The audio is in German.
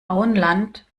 auenland